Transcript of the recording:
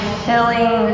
filling